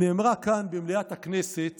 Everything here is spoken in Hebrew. הוצגה כאן במליאת הכנסת